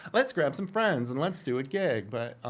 let's grab some friends and let's do ah a. but,